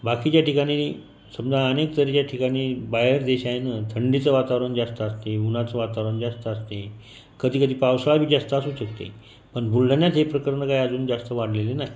बाकीच्या ठिकाणी समजा अनेक तऱ्हेच्या ठिकाणी बाहेर देश आहे नं थंडीचं वातावरण जास्त असते उन्हाचं वातावरण जास्त असते कधी कधी पावसाळाही जास्त असू शकतो पण बुलढाण्यात ही प्रकरणं अजून काही जास्त वाढलेली नाही